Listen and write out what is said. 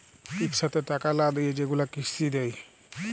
ইকসাথে টাকা লা দিঁয়ে যেগুলা কিস্তি দেয়